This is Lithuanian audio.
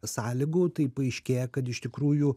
sąlygų tai paaiškėja kad iš tikrųjų